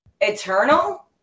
eternal